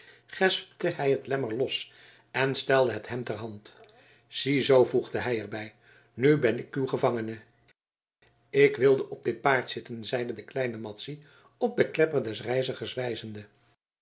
gespte hij het lemmer los en stelde het hem ter hand ziezoo voegde hij er bij nu ben ik uw gevangene ik wilde op dit paard zitten zeide de kleine madzy op den klepper des reizigers wijzende